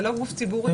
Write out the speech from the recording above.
זה לא גוף ציבורי.